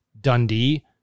Dundee